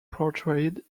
portrayed